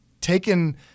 taken